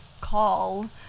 call